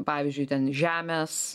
pavyzdžiui ten žemės